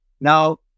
Now